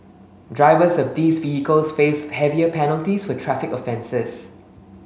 drivers of these vehicles face heavier penalties for traffic offences